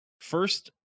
first